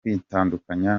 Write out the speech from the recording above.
kwitandukanya